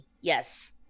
Yes